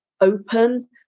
open